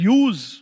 use